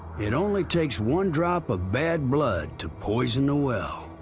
it only takes one drop of bad blood to poison the well.